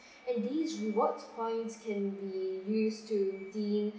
and this reward points can be used to redeem